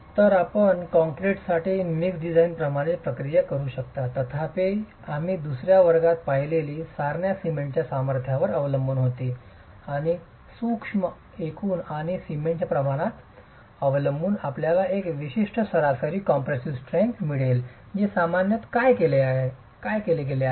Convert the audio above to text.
तर आपण कॉंक्रिटसाठी मिक्स डिझाइन प्रमाणेच प्रक्रिया करू शकता तथापि आम्ही दुसर्या वर्गात पाहिलेली सारण्या सिमेंटच्या सामर्थ्यावर अवलंबून होती आणि सूक्ष्म एकूण आणि सिमेंटच्या प्रमाणात अवलंबून आपल्याला एक विशिष्ट सरासरी कॉम्प्रेसीव स्ट्रेंग्थ मिळेल जे सामान्यत काय केले गेले आहे